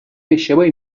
اشتباهی